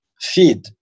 feed